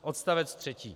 Odstavec třetí.